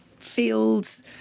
fields